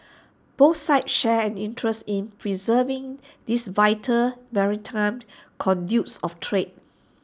both sides share an interest in preserving these vital maritime conduits of trade